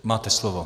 Máte slovo.